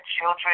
children